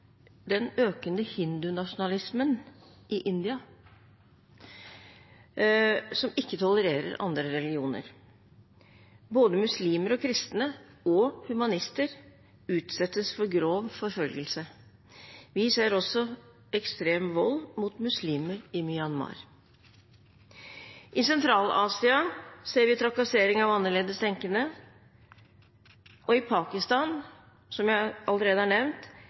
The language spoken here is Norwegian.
den økende hindunasjonalismen i India, som ikke tolererer andre religioner. Både muslimer, kristne og humanister utsettes for grov forfølgelse. Vi ser også ekstrem vold mot muslimer i Myanmar. I Sentral-Asia ser vi trakassering av annerledestenkende, og i Pakistan, som jeg allerede har nevnt,